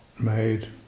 made